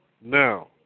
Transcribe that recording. now